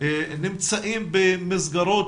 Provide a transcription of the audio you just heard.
נמצאים במסגרות